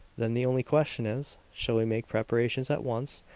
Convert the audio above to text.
then the only question is, shall we make preparations at once,